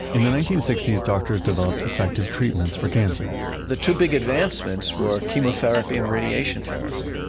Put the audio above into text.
in the nineteen sixty s, doctors developed effective treatments for cancer the two big advancements were chemotherapy and radiation therapy.